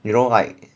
you know like